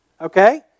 okay